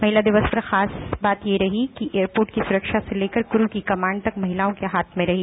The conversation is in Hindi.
महिला दिवस पर खास बात यह रही कि एयरपोर्ट की सुरक्षा से लेकर कुरु की कमांड तक महिलाओं के हाथों में रही